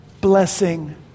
Blessing